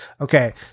Okay